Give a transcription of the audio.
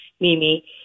Mimi